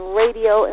radio